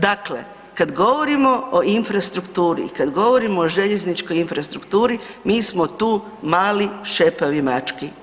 Dakle, kad govorimo o infrastrukturi i kad govorimo o željezničkoj infrastrukturi mi smo tu mali šepavi mački.